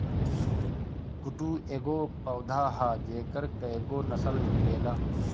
कुटू एगो पौधा ह जेकर कएगो नसल मिलेला